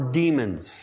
demons